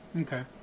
Okay